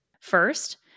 First